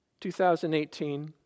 2018